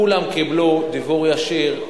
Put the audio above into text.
כולם קיבלו דיוור ישיר,